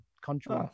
country